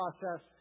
process